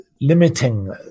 limiting